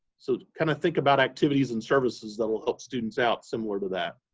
so kind of think about activities and services that will help students out similar to that.